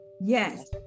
Yes